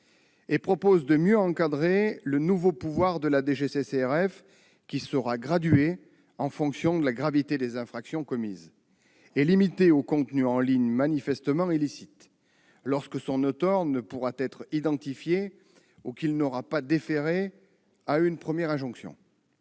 : il vise à mieux encadrer le nouveau pouvoir de la DGCCRF, qui sera gradué en fonction de la gravité des infractions commises et limité au contenu en ligne manifestement illicite, lorsque son auteur ne pourra être identifié ou qu'il n'aura pas déféré à une première injonction.